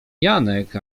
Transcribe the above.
janek